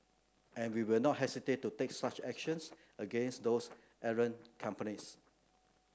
and we will not hesitate to take such actions against those errant companies